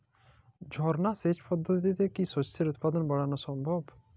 ঝর্না সেচ পদ্ধতিতে কি শস্যের উৎপাদন বাড়ানো সম্ভব?